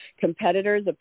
competitors